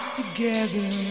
together